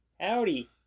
Howdy